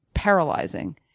paralyzing